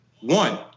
one